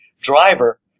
driver